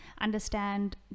understand